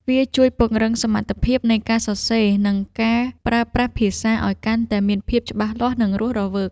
វាជួយពង្រឹងសមត្ថភាពនៃការសរសេរ និងការប្រើប្រាស់ភាសាឱ្យកាន់តែមានភាពច្បាស់លាស់ និងរស់រវើក។